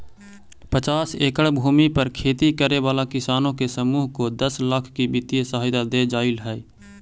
पचास एकड़ भूमि पर खेती करे वाला किसानों के समूह को दस लाख की वित्तीय सहायता दे जाईल हई